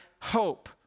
hope